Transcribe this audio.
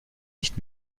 nicht